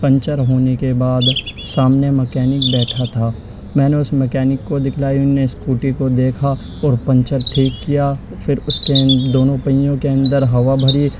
puncture ہونے کے بعد سامنے مکینک بیٹھا تھا میں نے اس مکینک کو دکھلائی انہوں نے اسکوٹی کو دیکھا اور پنچر ٹھیک کیا پھر اس کے دونوں پہیوں کے اندر ہوا بھری